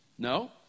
No